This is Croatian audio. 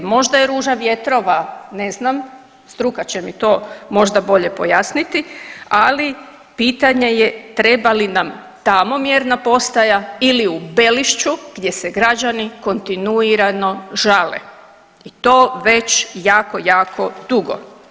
Možda je ruža vjetrova, ne znam, struka će mi to možda bolje pojasniti, ali pitanje je treba li nam tamo mjerna postaja ili u Belišću gdje se građani kontinuirano žale i to već jako, jako dugo.